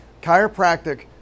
Chiropractic